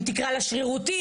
אם תקרא לה שרירותית,